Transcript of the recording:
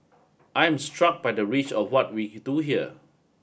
I am struck by the reach of what we do here